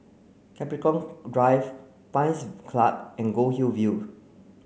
Capricorn Drive Pines Club and Goldhill View